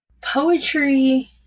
Poetry